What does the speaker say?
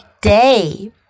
day